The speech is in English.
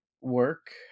work